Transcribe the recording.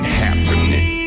happening